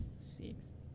Six